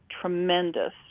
tremendous